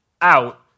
out